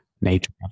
nature